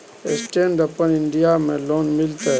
Stand अपन India में loan मिलते?